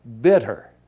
bitter